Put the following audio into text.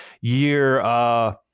year